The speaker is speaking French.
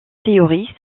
théories